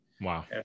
Wow